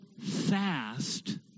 fast